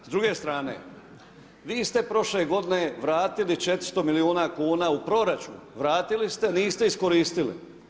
S druge strane vi ste prošle g. vratili 400 milijuna kn u proračun, vratili ste, niste iskoristili.